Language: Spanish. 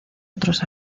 otros